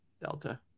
Delta